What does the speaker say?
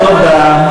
תודה.